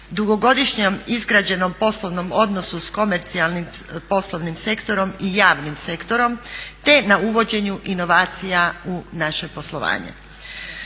dugogodišnjom izgrađenom poslovnom odnosu s komercijalnim poslovnim sektorom i javnim sektorom, te na uvođenju inovacija u naše poslovanje.